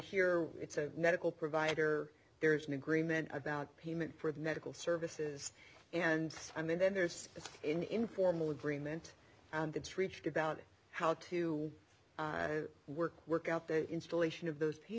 here it's a medical provider there's an agreement about payment for medical services and and then there's this informal agreement that's reached about how to work work out the installation of those